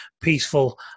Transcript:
Peaceful